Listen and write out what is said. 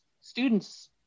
students